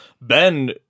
Ben